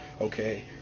okay